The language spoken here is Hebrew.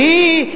והיא,